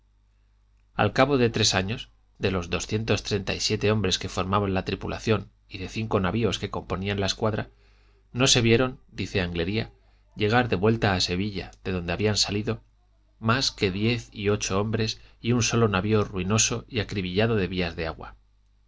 al cabo de tres años de los doscientos treinta y siete hombres que formaban la tripulación y de cinco navios que componían la escuadra no se vieron dice agria llegar de vuelta a sevilla de donde habían salido mas que diez y ocho hombres y un solo navio ruinoso y acribillado de vías de agua